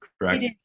correct